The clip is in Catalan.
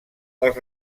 els